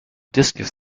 discus